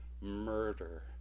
Murder